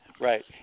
Right